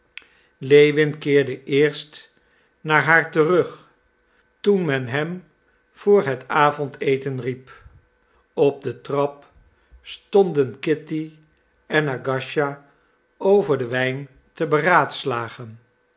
lewin keerde eerst naar haar terug toen men hem voor het avondeten riep op de trap stonden kitty en agasija over den wijn te beraadslagen